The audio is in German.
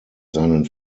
seinen